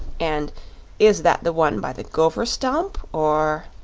and is that the one by the gopher stump, or